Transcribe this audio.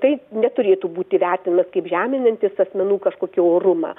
tai neturėtų būti vertinamas kaip žeminantis asmenų kažkokį orumą